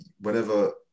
whenever